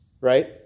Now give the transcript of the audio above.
right